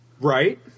Right